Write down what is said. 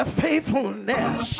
faithfulness